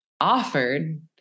offered